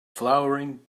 flowering